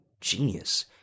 genius